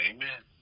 Amen